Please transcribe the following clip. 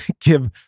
give